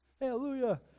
hallelujah